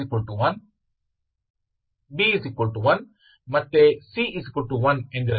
A1 B1 ಮತ್ತೆ C1 ಎಂದಿರಲಿ